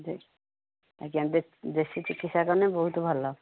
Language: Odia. ଯେ ଆଜ୍ଞା ଯେଉଁ ଦେ ଦେଶୀ ଚିକିତ୍ସା କନେ ବହୁତ ଭଲ